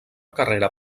carrera